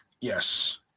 yes